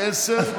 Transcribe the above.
לעשר.